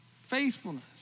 faithfulness